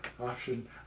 option